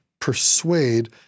persuade